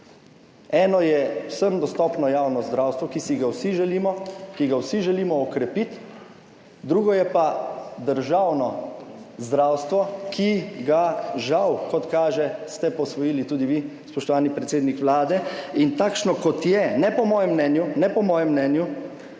Eno je vsem dostopno javno zdravstvo, ki si ga vsi želimo, ki ga vsi želimo okrepiti, drugo je pa državno zdravstvo, ki ste ga žal, kot kaže, posvojili tudi vi, spoštovani predsednik Vlade, in takšno kot je, ne po mojem mnenju,